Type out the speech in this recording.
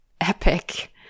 epic